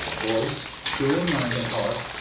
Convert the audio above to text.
boys pure in mind and heart,